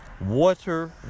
Water